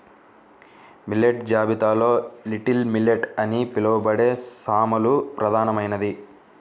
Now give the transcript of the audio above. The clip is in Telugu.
మిల్లెట్ జాబితాలో లిటిల్ మిల్లెట్ అని పిలవబడే సామలు ప్రధానమైనది